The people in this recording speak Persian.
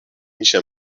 میشه